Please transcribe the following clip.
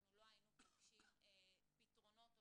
אנחנו לא היינו פוגשים פתרונות או